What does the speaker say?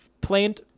plant